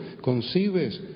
¿Concibes